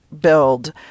build